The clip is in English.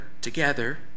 together